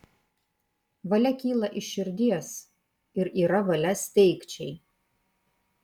valia kyla iš širdies ir yra valia steigčiai